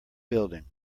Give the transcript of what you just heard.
building